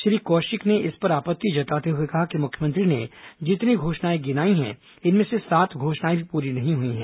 श्री कौशिक ने इस पर आपत्ति जताते हुए कहा कि मुख्यमंत्री ने जितनी घोषणाएं गिनाई है इनमें से सात घोषणाएं भी पूरी नहीं हुई हैं